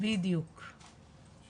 --- הם